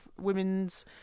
women's